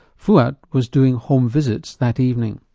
fouad was doing home visits that evening.